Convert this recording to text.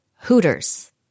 Hooters